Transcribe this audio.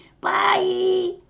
Bye